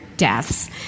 deaths